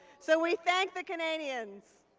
so we thank the canadians.